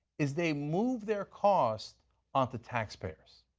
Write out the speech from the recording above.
is they move their cost on to taxpayers.